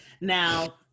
Now